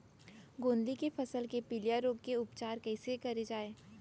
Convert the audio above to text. गोंदली के फसल के पिलिया रोग के उपचार कइसे करे जाये?